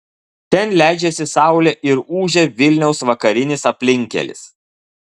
ten leidžiasi saulė ir ūžia vilniaus vakarinis aplinkkelis